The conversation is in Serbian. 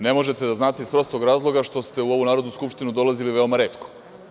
Ne možete da znate iz prostog razloga što ste u ovu Narodnu skupštinu dolazili veoma retko.